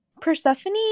Persephone